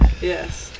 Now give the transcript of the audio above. Yes